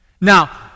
Now